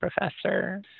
professor